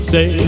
Say